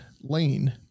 Lane